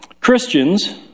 Christians